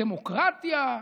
דמוקרטיה,